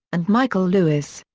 and michael lewis.